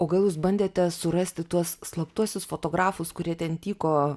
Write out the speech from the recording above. o gal jūs bandėte surasti tuos slaptuosius fotografus kurie ten tyko